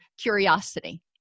curiosity